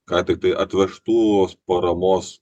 ką tiktai atvežtų vos paramos